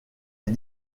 est